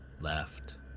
Left